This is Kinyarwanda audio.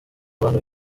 bantu